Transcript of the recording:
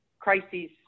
Crises